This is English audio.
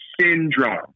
Syndrome